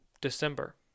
December